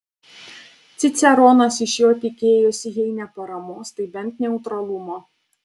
ciceronas iš jo tikėjosi jei ne paramos tai bent neutralumo